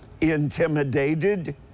intimidated